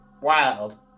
wild